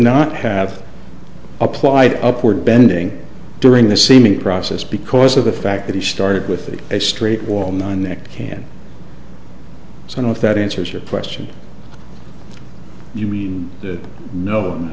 not have applied upward bending during the seeming process because of the fact that he started with a straight wall nine neck can so i know if that answers your question you mean